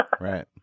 right